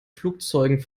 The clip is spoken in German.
flugzeugen